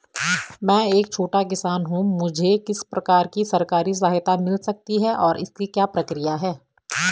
मैं एक छोटा किसान हूँ मुझे किस प्रकार की सरकारी सहायता मिल सकती है और इसकी क्या प्रक्रिया है?